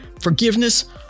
forgiveness